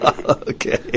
Okay